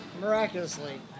miraculously